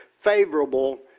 favorable